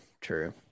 true